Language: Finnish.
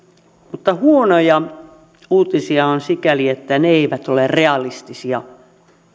mutta huonoja uutisia on sikäli että ne eivät ole realistisia